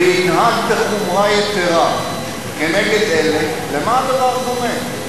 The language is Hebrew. וינהג בחומרה יתירה כנגד אלה, למה הדבר דומה?